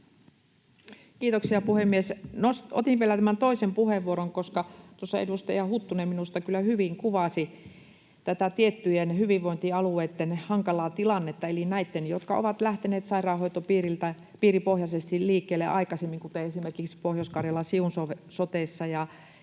Kiitoksia, puhemies! Otin vielä tämän toisen puheenvuoron, koska tuossa edustaja Huttunen minusta kyllä hyvin kuvasi tätä tiettyjen hyvinvointialueitten hankalaa tilannetta eli näitten, jotka ovat lähteneet sairaanhoitopiiripohjaisesti liikkeelle aikaisemmin — kuten on tehty esimerkiksi Pohjois-Karjalan Siun sotessa —